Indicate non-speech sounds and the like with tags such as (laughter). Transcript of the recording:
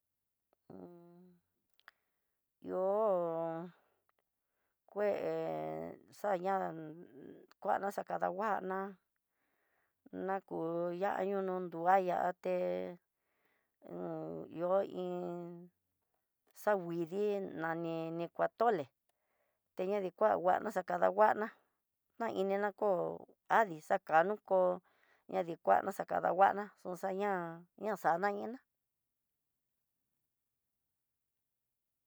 (hesitation) ihó kue xaña kuana xakadanguana, ñaku ya'á no nonruaya até ihó iin, xanguidii nani ku atole teña ni kua nguana xakadanguana naina kó adi xakano ko ñadikuana xakanguana xunxaña ñaxana iná.